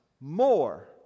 more